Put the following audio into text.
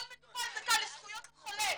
כל מטופל זכאי לזכויות החולה,